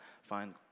find